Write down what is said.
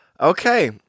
Okay